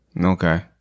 Okay